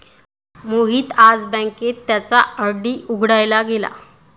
मोहित आज बँकेत त्याचा आर.डी उघडायला गेला